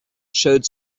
showed